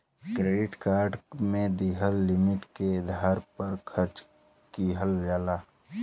credit card में दिहल limit के आधार पर खर्च किहल जाला